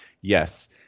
yes